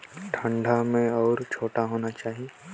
आलू के बीजा वाला कोन सा मौसम म लगथे अउ कोन सा किसम के आलू हर होथे?